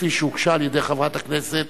כפי שהוגשה על-ידי חברת הכנסת